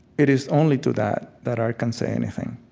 it is only to that that art can say anything.